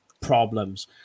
problems